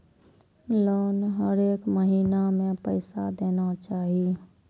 Loan हरेक महीना में पैसा देना चाहि?